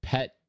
Pet